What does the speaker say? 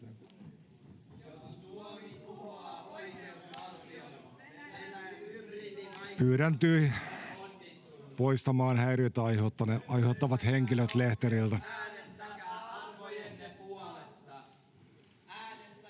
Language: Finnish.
Pyydän poistamaan häiriötä aiheuttavat henkilöt lehteriltä.